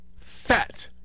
fat